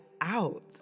out